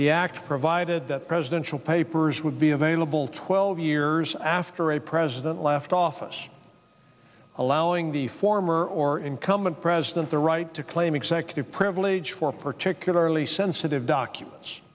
the act provided that presidential papers would be available twelve years after a president left office allowing the former or incumbent president the right to claim executive privilege for particularly sensitive documents